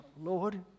Lord